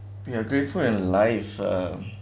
we are grateful in life um